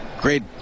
great